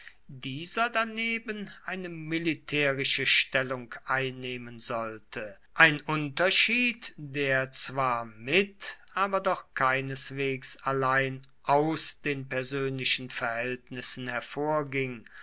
dieser daneben eine militärische stellung einnehmen sollte ein unterschied der zwar mit aber doch keineswegs allein aus den persönlichen verhältnissen hervorging